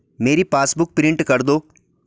मेरी passbook print कर दो